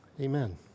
Amen